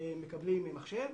מקבלים מחשב,